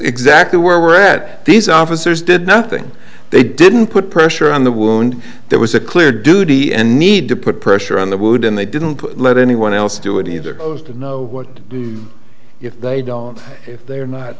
exactly where we're at these officers did nothing they didn't put pressure on the wound there was a clear duty and need to put pressure on the wood and they didn't let anyone else do it either has to know what they don't they're not